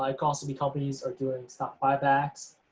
like also be companies are doing stock buybacks.